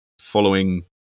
following